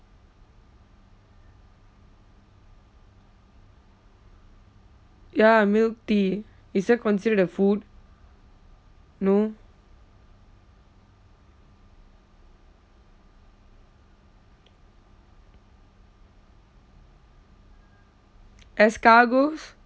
ya milk tea is that considered a food no escargots